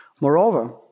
Moreover